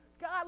God